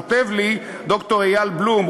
כותב לי ד"ר אייל בלום,